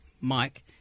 Mike